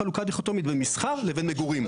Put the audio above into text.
יש חלוקה דיכוטומית במסחר לבין מגורים.